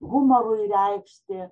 humorui reikšti